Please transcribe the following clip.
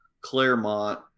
Claremont